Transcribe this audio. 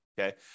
Okay